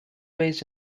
raised